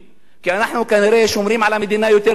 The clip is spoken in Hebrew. כי אנחנו כנראה שומרים על המדינה יותר מאחרים,